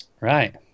Right